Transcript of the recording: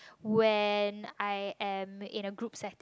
when I am in a group setting